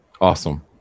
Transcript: Awesome